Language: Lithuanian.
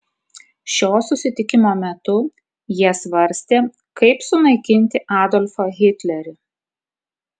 šio susitikimo metu jie svarstė kaip sunaikinti adolfą hitlerį